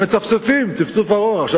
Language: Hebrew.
ומצפצפים צפצוף ארוך.